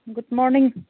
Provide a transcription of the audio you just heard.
good morning